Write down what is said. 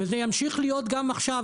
וזה ימשיך להיות גם עכשיו,